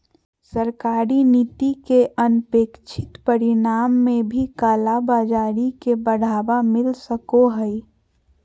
सरकारी नीति के अनपेक्षित परिणाम में भी कालाबाज़ारी के बढ़ावा मिल सको हइ